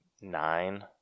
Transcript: nine